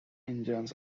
engines